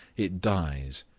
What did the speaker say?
it dies.